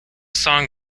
song